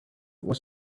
was